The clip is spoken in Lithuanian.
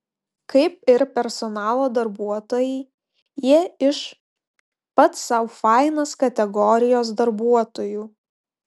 kaip ir personalo darbuotojai jie iš pats sau fainas kategorijos darbuotojų